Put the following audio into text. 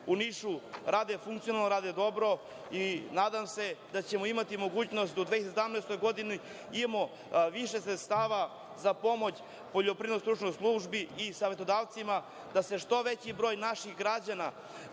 u Nišu rade funkcionalno, rade dobro i nadam se da ćemo imati mogućnost da u 2017. godini imamo više sredstava za pomoć Poljoprivrednoj stručnoj službi i savetodavcima, da se što veći broj naših građana,